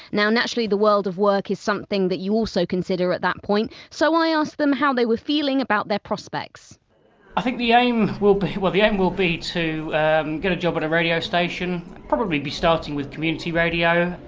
now naturally the world of work is something that you also consider at that point. so, i asked them how they were feeling about their prospects i think the aim will be well the aim will be to and get a job at a radio station, probably be starting with community radio.